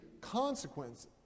consequences